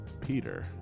Peter